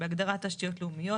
בהגדרה "תשתיות לאומיות",